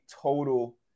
total